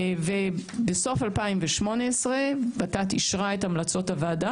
ובסוף 2018 ות"ת אישרה את המלצות הוועדה